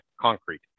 concrete